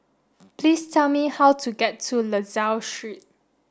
please tell me how to get to La Salle Street